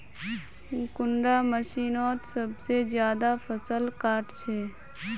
कुंडा मशीनोत सबसे ज्यादा फसल काट छै?